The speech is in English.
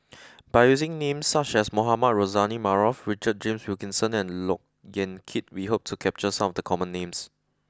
by using names such as Mohamed Rozani Maarof Richard James Wilkinson and Look Yan Kit we hope to capture some of the common names